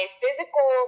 physical